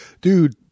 dude